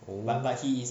oh